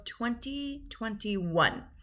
2021